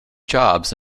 jobs